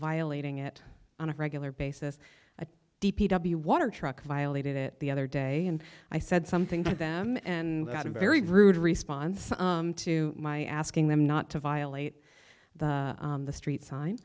violating it on a regular basis a d p w water truck violated it the other day and i said something to them and got a very rude response to my asking them not to violate the street sign